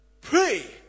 pray